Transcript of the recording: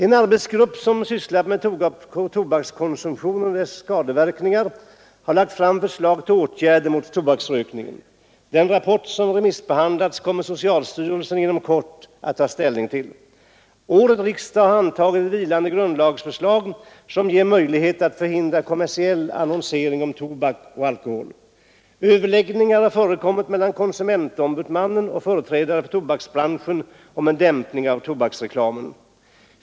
En arbetsgrupp som sysslat med tobakskonsumtionen och dess skadeverkningar har lagt fram förslag till åtgärder mot tobaksrökningen. Den rapporten, som remissbehandlats, kommer socialstyrelsen inom kort att ta ställning till. Vidare har årets riksdag antagit ett vilande grundlagsförslag som ger möjlighet att förhindra kommersiell annonsering om tobak och alkohol. Överläggningar har förekommit mellan konsumentombudsmannen och företrädare för tobaksbranschen om dämpning av tobaksreklamen.